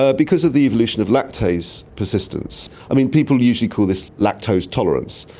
ah because of the evolution of lactase persistence. i mean, people usually call this lactose tolerance.